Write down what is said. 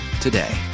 today